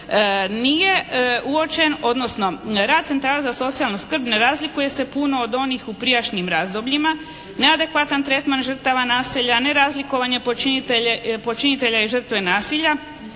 nije uočen, odnosno rad centara za socijalnu skrb ne razlikuje se puno od onih u prijašnjim razdobljima, neadekvatan tretman žrtava nasilja, nerazlikovanje počinitelja i žrtve nasilja